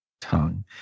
tongue